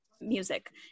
music